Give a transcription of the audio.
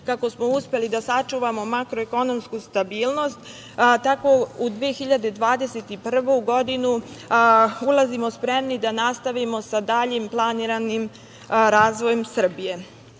kako smo uspeli da sačuvamo makroekonomsku stabilnosti, tako u 2021. godinu ulazimo spremni da nastavimo sa daljim planiranim razvojem Srbije. Kako